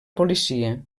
policia